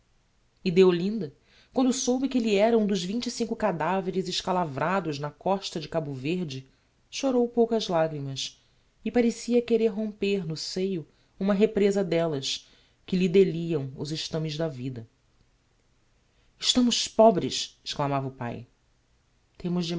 e deolinda quando soube que elle era um dos vinte e cinco cadaveres escalavrados na costa de cabo verde chorou poucas lagrimas e parecia querer romper no seio uma represa d'ellas que lhe deliam os estames da vida estamos pobres exclamava o pai temos